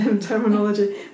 terminology